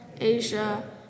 Asia